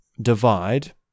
divide